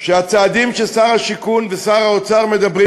שהצעדים ששר הבינוי ושר האוצר מדברים